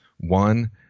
one